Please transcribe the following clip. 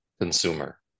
consumer